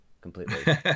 completely